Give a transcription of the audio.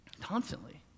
Constantly